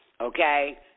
Okay